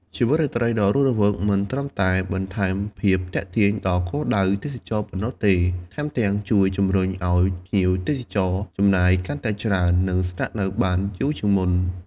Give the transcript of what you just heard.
ជីវិតរាត្រីដ៏រស់រវើកមិនត្រឹមតែបន្ថែមភាពទាក់ទាញដល់គោលដៅទេសចរណ៍ប៉ុណ្ណោះទេ ថែមទាំងជួយជំរុញឱ្យភ្ញៀវទេសចរចំណាយកាន់តែច្រើន និងស្នាក់នៅបានយូរជាងមុន។